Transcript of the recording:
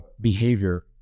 behavior